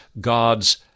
God's